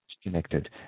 Connected